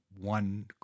one